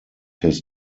his